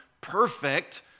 perfect